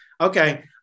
Okay